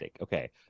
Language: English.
Okay